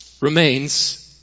remains